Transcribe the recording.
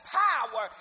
power